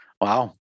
wow